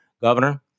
Governor